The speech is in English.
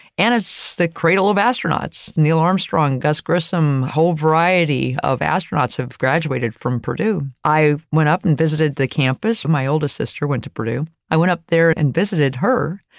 and it's the cradle of astronauts neil armstrong, gus grissom, whole variety of astronauts have graduated from purdue. i went up and visited the campus, my oldest sister went to purdue. i went up there and visited her.